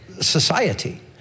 society